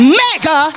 mega